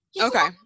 okay